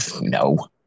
No